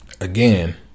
Again